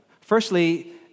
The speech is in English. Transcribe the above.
Firstly